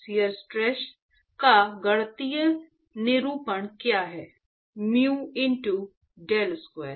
shear stress का गणितीय निरूपण क्या है म्यू इंटो डेल स्क्वायर